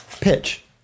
pitch